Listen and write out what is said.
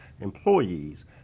employees